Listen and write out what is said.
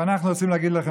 ואנחנו רוצים להגיד לכם,